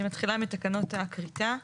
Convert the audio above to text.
אני מתחילה מתקנות הכריתה.